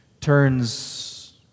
turns